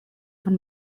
von